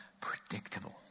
predictable